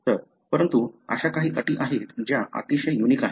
तर परंतु अशा काही अटी आहेत ज्या अतिशय युनिक आहेत